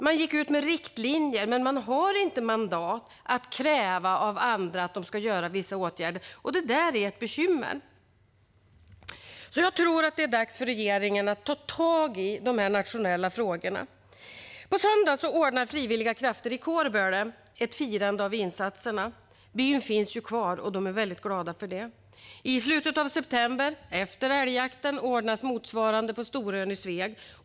Man gick ut med riktlinjer, men man har inte mandat att kräva av andra att de ska vidta vissa åtgärder. Detta är ett bekymmer. Jag tror alltså att det är dags för regeringen att ta tag i dessa nationella frågor. På söndag ordnar frivilliga krafter i Kårböle ett firande av insatserna. Byn finns kvar, och de är väldigt glada för det. I slutet av september, efter älgjakten, ordnas motsvarande på Storön i Sveg.